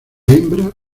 hembra